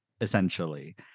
essentially